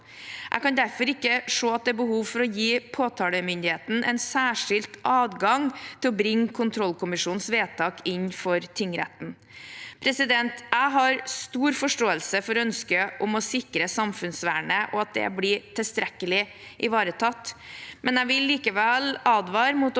Jeg kan derfor ikke se at det er behov for å gi påtalemyndigheten en særskilt adgang til å bringe kontrollkommisjonenes vedtak inn for tingretten. Jeg har stor forståelse for ønsket om å sikre at samfunnsvernet blir tilstrekkelig ivaretatt. Jeg vil likevel advare mot